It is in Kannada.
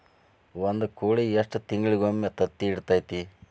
ಒಂದ್ ಕೋಳಿ ಎಷ್ಟ ತಿಂಗಳಿಗೊಮ್ಮೆ ತತ್ತಿ ಇಡತೈತಿ?